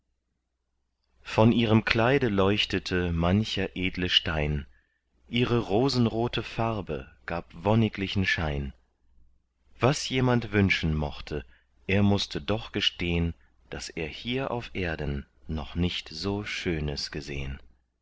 von ihrem kleide leuchtete mancher edle stein ihre rosenrote farbe gab wonniglichen schein was jemand wünschen mochte er mußte doch gestehn daß er hier auf erden noch nicht so schönes gesehn